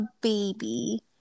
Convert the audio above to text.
baby